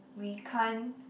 we can't